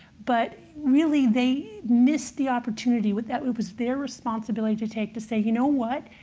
but really, they missed the opportunity with that. it was their responsibility to take, to say, you know what?